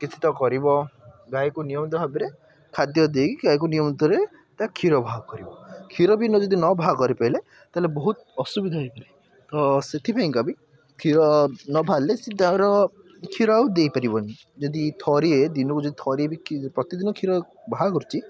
କିଛି ତ କରିବ ଗାଈକୁ ନିୟମିତ ଭାବରେ ଖାଦ୍ୟ ଦେଇ ଗାଈକୁ ନିୟମିତରେ ତା କ୍ଷୀର ବାହାର କରିବ କ୍ଷୀର ବି ଯଦି ନ ବାହାର କରି ପାରିଲେ ତା'ହେଲେ ବହୁତ ଅସୁବିଧା ହେଇପାରେ ତ ସେଥିପାଇଁ କା ବି କ୍ଷୀର ନ ବାହାରିଲେ ସେ ତାଙ୍କର କ୍ଷୀର ଆଉ ଦେଇ ପାରିବନି ଯଦି ଥରିଏ ଦିନକୁ ଯଦି ଥରିଏ ବି ପ୍ରତିଦିନ କ୍ଷୀର ବାହାର କରୁଛି